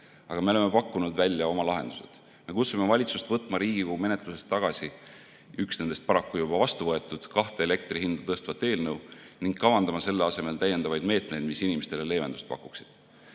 aga me oleme pakkunud välja oma lahendused. Me kutsume valitsust võtma Riigikogu menetlusest tagasi kaks – üks nendest on paraku juba vastu võetud – elektri hinda tõstvat eelnõu ning kavandama selle asemel täiendavaid meetmeid, mis inimestele leevendust pakuksid.